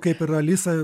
kaip ir alisa